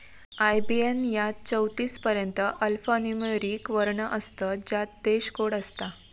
IBAN यात चौतीस पर्यंत अल्फान्यूमोरिक वर्ण असतत ज्यात देश कोड असता